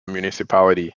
municipality